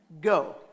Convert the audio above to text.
Go